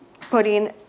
putting